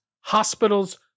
hospitals